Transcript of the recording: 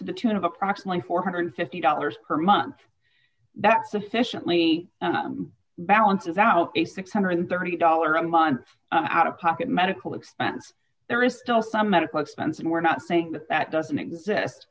to the tune of approximately four hundred and fifty dollars per month that sufficiently balances out a six hundred and thirty dollars a month out of pocket medical expense there is still some medical expense and we're not think that that doesn't exist